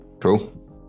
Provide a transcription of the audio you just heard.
True